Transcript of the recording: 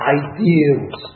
ideals